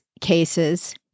cases